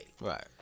Right